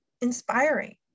inspiring